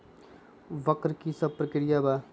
वक्र कि शव प्रकिया वा?